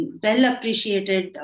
well-appreciated